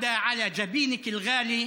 אנו מקדישים פרח למצחך היקר.